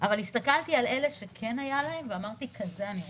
אבל הסתכלתי על אלה שכן היה להם ואמרתי: כזה אני רוצה.